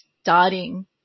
starting